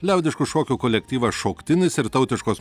liaudiškų šokių kolektyvas šoktinis ir tautiškos